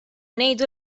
ngħidu